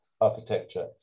architecture